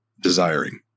desiring